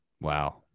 Wow